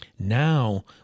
now